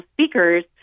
speakers